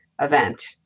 event